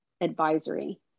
advisory